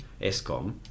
ESCOM